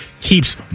keeps